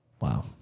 Wow